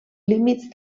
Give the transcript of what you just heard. límits